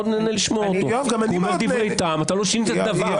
ואני לא צריך לחזור עליה.